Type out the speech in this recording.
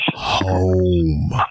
Home